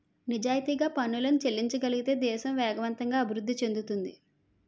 నిజాయితీగా పనులను చెల్లించగలిగితే దేశం వేగవంతంగా అభివృద్ధి చెందుతుంది